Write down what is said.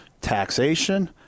taxation